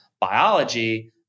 biology